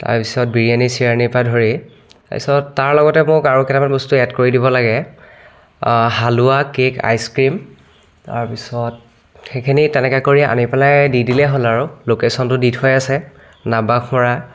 তাৰপিছত বিৰিয়ানী চিৰিয়ানীৰ পৰা ধৰি তাৰপিছত তাৰ লগতে মোক আৰু কেটামান বস্তু এড কৰি দিব লাগে হালোৱা কেক আইচ ক্ৰীম তাৰপিছত সেইখিনি তেনেকৈ কৰি আনি পেলাই দি দিলেই হ'ল আৰু লোকেশ্যনটো দি থোৱাই আছে নাম বাঘমৰা